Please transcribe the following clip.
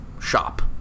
shop